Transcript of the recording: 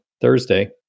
Thursday